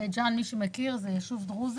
בית ג'ן הוא יישוב דרוזי,